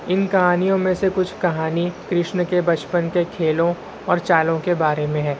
ان کہانیوں میں سے کچھ کہانی کرشن کے بچپن کے کھیلوں اور چالوں کے بارے میں ہے